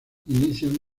inician